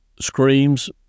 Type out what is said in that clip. screams